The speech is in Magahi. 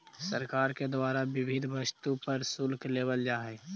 सरकार के द्वारा विविध वस्तु पर शुल्क लेवल जा हई